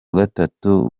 gatatu